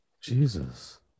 Jesus